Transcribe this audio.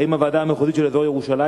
3. האם הוועדה המחוזית של אזור ירושלים